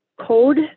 code